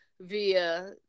via